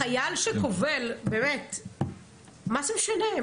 אני שואלת אותך, חייל שקובל, באמת, מה זה משנה?